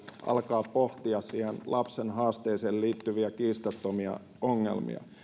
alkaa pohtia ja käsitellä siihen lapsen haasteeseen liittyviä kiistattomia ongelmia